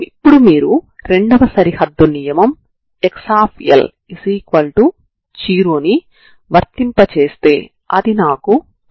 ఇక్కడ 0 0 కి సమానం అవుతుంది కాబట్టి 00అవుతుంది సరేనా